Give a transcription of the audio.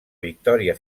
victòria